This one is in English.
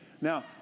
Now